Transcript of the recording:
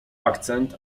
akcent